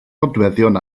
nodweddion